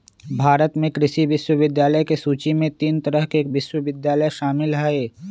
भारत में कृषि विश्वविद्यालय के सूची में तीन तरह के विश्वविद्यालय शामिल हई